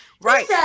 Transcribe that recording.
right